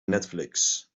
netflix